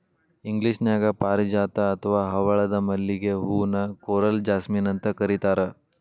ಇಂಗ್ಲೇಷನ್ಯಾಗ ಪಾರಿಜಾತ ಅತ್ವಾ ಹವಳದ ಮಲ್ಲಿಗೆ ಹೂ ನ ಕೋರಲ್ ಜಾಸ್ಮಿನ್ ಅಂತ ಕರೇತಾರ